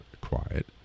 quiet